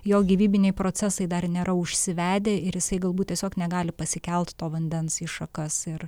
jo gyvybiniai procesai dar nėra užsivedę ir jisai galbūt tiesiog negali pasikelt to vandens į šakas ir